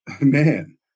man